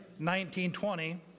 1920